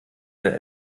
der